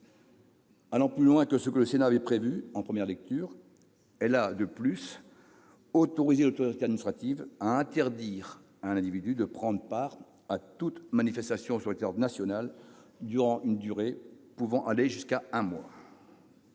Allant plus loin que ce que le Sénat avait prévu en première lecture, elle a, de plus, autorisé l'autorité administrative à interdire à un individu de prendre part à toute manifestation sur le territoire national pour une durée pouvant aller jusqu'à un mois.